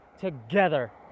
together